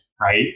right